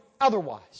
otherwise